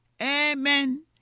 Amen